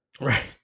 Right